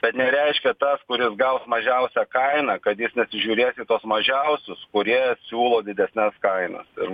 tad nereiškia tas kuris gaus mažiausią kainą kad jis neatsižiūrės į tuos mažiausius kurie siūlo didesnes kainas ir